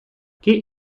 geht